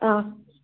ꯑꯪ